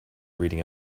reading